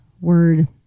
word